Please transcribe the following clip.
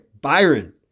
Byron